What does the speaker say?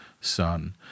son